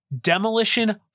Demolition